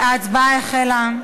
ההצבעה החלה.